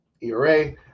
ERA